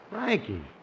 Frankie